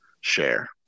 share